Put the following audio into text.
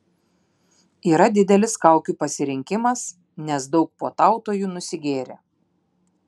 yra didelis kaukių pasirinkimas nes daug puotautojų nusigėrė